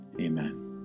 amen